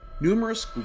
Numerous